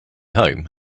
home